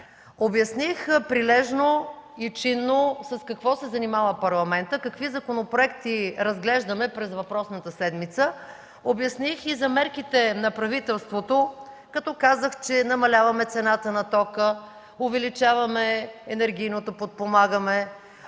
там?” Прилежно и чинно обясних с какво се занимава Парламентът, какви законопроекти разглеждаме през въпросната седмица. Обясних и за мерките на правителството, като казах, че намаляваме цената на тока, увеличаваме енергийното подпомагане,